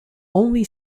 only